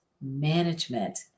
management